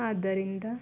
ಆದ್ದರಿಂದ